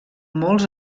molts